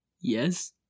yes